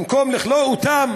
במקום לכלוא אותם